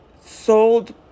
sold